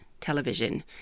television